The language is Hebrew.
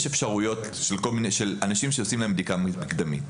יש אפשרויות של אנשים שעושים להם בדיקה מקדמית.